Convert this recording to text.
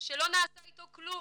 שלא נעשה איתו כלום,